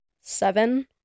seven